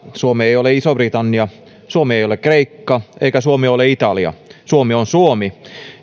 suomi ei ole iso britannia suomi ei ole kreikka eikä suomi ole italia suomi on suomi